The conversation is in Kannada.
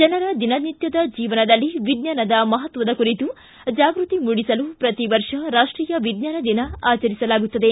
ಜನರ ದಿನನಿತ್ಯದ ಜೀವನದಲ್ಲಿ ವಿಜ್ಞಾನದ ಮಹತ್ವದ ಕುರಿತು ಜಾಗೃತಿ ಮೂಡಿಸಲು ಪ್ರತಿ ವರ್ಷ ರಾಷ್ಟೀಯ ವಿಜ್ಞಾನ ದಿನ ಆಚರಿಸಲಾಗುತ್ತದೆ